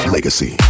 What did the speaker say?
Legacy